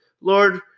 Lord –